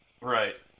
Right